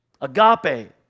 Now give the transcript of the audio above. Agape